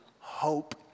hope